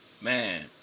Man